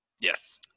Yes